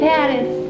Paris